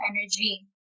energy